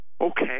okay